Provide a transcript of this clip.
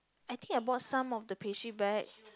I think I bought some of the pastry back